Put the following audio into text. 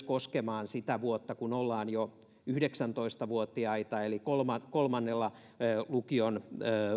koskemaan myös sitä vuotta kun ollaan jo yhdeksäntoista vuotiaita eli kolmannella kolmannella lukion